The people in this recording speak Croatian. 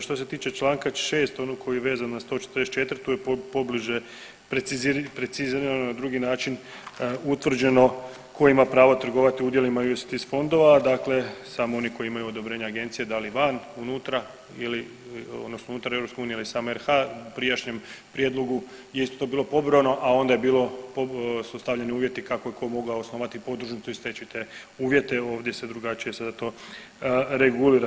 Što se tiče čl. 6. onog koji je vezan na 144., to je pobliže precizirano na drugi način, utvrđeno ko ima pravo trgovati udjelima UCITS fondova, dakle samo oni koji imaju odobrenje agencije da li van, unutra ili odnosno unutar EU ili samo RH, u prijašnjem prijedlogu je isto to bilo pobrojano, a onda je bilo, su stavljeni uvjeti kako je ko mogao osnovati podružnicu i steći te uvjete, ovdje se drugačije sada to regulira.